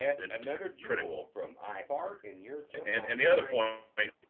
it's critical and and the other point wait